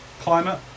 climate